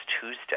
Tuesday